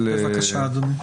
בבקשה, אדוני.